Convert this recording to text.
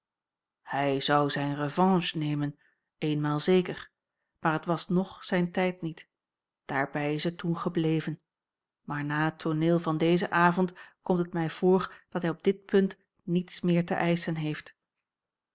hij zou zijne revanche nemen eenmaal zeker maar het was ng zijn tijd niet daarbij is het toen gebleven maar na het tooneel van dezen avond komt het mij voor dat hij op dit punt niets meer te eischen heeft